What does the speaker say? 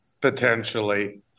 potentially